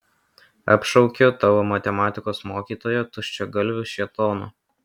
apšaukiu tavo matematikos mokytoją tuščiagalviu šėtonu